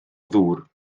ddŵr